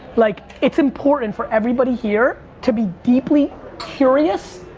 like it's important for everybody here to be deeply curious,